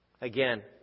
Again